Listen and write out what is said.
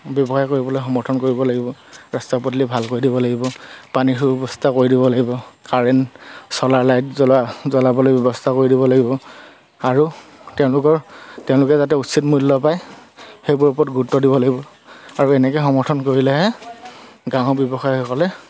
ব্যৱসায় কৰিবলৈ সমৰ্থন কৰিব লাগিব ৰাস্তা পদূলি ভালকৈ কৰি দিব লাগিব পানীৰ সুব্যৱস্থা কৰি দিব লাগিব কাৰেণ্ট চ'লাৰ লাইট জ্বলা জ্বলাবলৈ ব্যৱস্থা কৰি দিব লাগিব আৰু তেওঁলোকৰ তেওঁলোকে যাতে উচিত মূল্য পায় সেইবোৰৰ ওপৰত গুৰুত্ব দিব লাগিব আৰু এনেকৈ সমৰ্থন কৰিলেহে গাঁৱৰ ব্যৱসায়ীসকলে